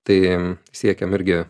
tai siekiam irgi